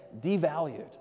devalued